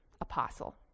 apostle